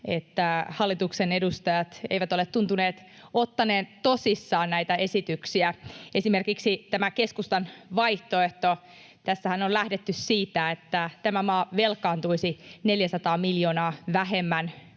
että hallituksen edustajat eivät ole tuntuneet ottaneen tosissaan näitä esityksiä. Esimerkiksi tässä keskustan vaihtoehdossahan on lähdetty siitä, että tämä maa velkaantuisi 400 miljoonaa vähemmän